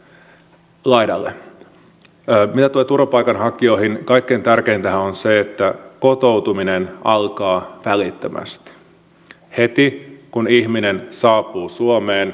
mitä tulee turvapaikanhakijoihin niin kaikkein tärkeintähän on se että kotoutuminen alkaa välittömästi heti kun ihminen saapuu suomeen